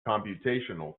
computational